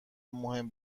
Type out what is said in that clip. مهم